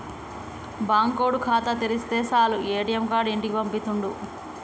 బాంకోడు ఖాతా తెరిస్తె సాలు ఏ.టి.ఎమ్ కార్డు ఇంటికి పంపిత్తుండు